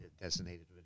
designated